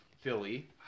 Philly